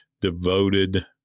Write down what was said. devoted